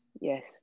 Yes